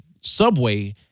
subway